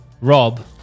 Rob